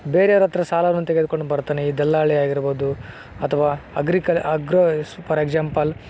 ಬೇರೆಯವರತ್ತಿರ ಸಾಲವನ್ನು ತೆಗೆದುಕೊಂಡು ಬರ್ತಾನೆ ಈ ದಲ್ಲಾಳಿ ಆಗಿರ್ಬೋದು ಅಥವಾ ಅಗ್ರಿಕ ಅಗ್ರೋಸ್ ಪಾರ್ ಎಕ್ಶಾಂಪಲ್